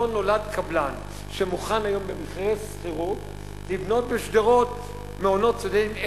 לא נולד קבלן שמוכן היום לבנות בשדרות במחירי שכירות מעונות סטודנטים,